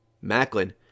Macklin